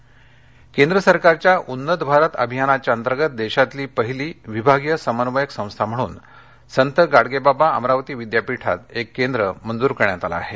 उन्नत भारत अमरावती केंद्र सरकारच्या उन्नत भारत अभियानाअंतर्गत देशातली पहिली विभागीय समन्वयक संस्था म्हणून संत गाडगेबाबा अमरावती विद्यापीठात केंद्र मंजूर झालं आहे